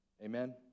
Amen